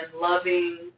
loving